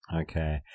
Okay